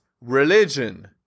religion